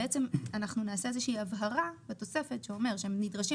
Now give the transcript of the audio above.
אנחנו נעשה איזו שהיא הבהרה בתוספת שאומרת שהם נדרשים